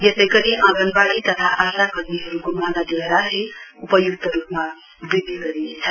यसै गरी आँगनवाड़ी तथा आशा कर्मीहरुको मानोदय राशि उपयुक्त रुपमा वृध्दि गरिनेछ